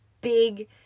big